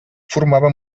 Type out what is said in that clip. formava